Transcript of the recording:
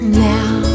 Now